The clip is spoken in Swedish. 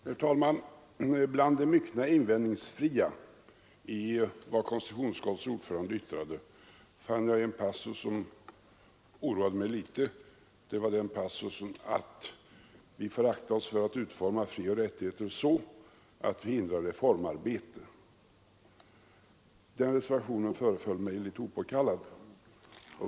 Herr talman! Bland det myckna invändningsfria i vad konstitutionsutskottets ordförande yttrade fann jag en passus som oroade mig litet, nämligen påståendet att vi får akta oss för att utforma frioch rättigheterna så att vi hindrar reformarbetet. Den reservationen föreföll mig litet opåkallad.